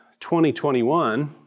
2021